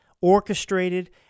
orchestrated